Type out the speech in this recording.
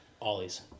Ollies